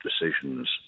decisions